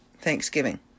Thanksgiving